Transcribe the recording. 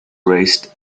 raised